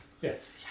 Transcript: yes